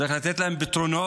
צריך לתת פתרונות